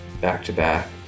back-to-back